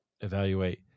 evaluate